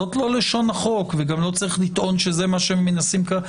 זאת לא לשון החוק וגם לא צריך לטעון שזה מה שמנסים כאן.